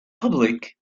public